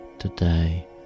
Today